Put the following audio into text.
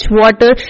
water